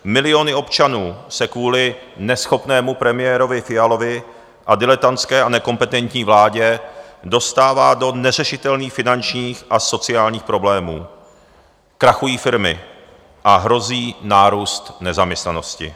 Miliony občanů se kvůli neschopnému premiérovi Fialovi a diletantské a nekompetentní vládě dostává do neřešitelných finančních a sociálních problémů, krachují firmy a hrozí nárůst nezaměstnanosti.